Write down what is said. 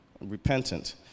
repentant